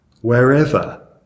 wherever